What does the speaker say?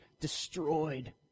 destroyed